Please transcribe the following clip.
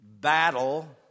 Battle